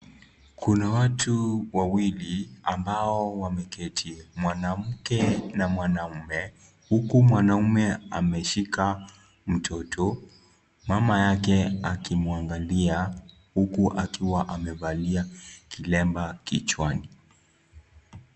Kuna watu wawili ambao wameketi, mwanamke na mwanaume, huku mwanaume, ameshika, mtoto, mama yake, akimwangalia, huku akiwa amevalia, kilemba kichwani.